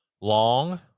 long